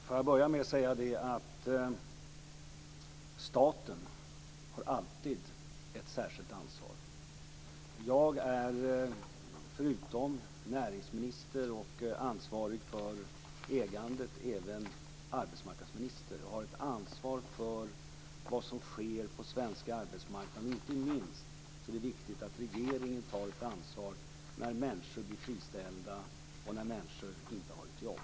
Fru talman! Staten har alltid ett särskilt ansvar. Förutom att jag är näringsminister och ansvarig för ägandet är jag arbetsmarknadsminister och har ett ansvar för vad som sker på den svenska arbetsmarknaden. Inte minst är det viktigt att regeringen tar ett ansvar när människor blir friställda och när människor inte har ett jobb.